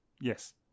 Yes